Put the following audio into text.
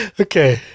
Okay